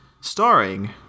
starring